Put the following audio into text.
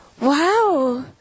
wow